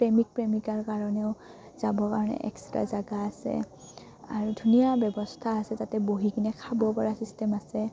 প্ৰেমিক প্ৰেমিকাৰ কাৰণেও যাবৰ কাৰণে এক্সট্ৰা জাগা আছে আৰু ধুনীয়া ব্যৱস্থা আছে যাতে বহি কিনে খাব পৰা চিষ্টেম আছে